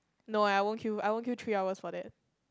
no eh I won't queue I won't queue three hours for that